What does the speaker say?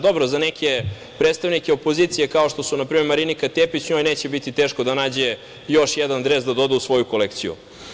Dobro, za neke predstavnike opozicije, kao što su na primer Marinika Tepić, njoj neće biti teško da nađe još jedan dres da doda u svoju kolekciju.